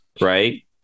right